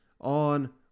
on